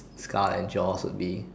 skull and jaws would be